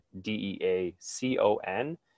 D-E-A-C-O-N